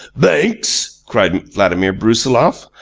banks! cried vladimir brusiloff.